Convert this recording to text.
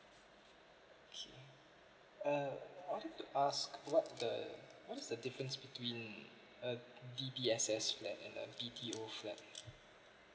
K uh I want to ask what the what's the difference between a D_B_S_S and a B_T_O flat